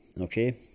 okay